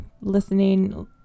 listening